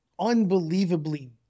unbelievably